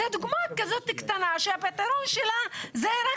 זו דוגמה כזאת קטנה שהפתרון שלה זה רק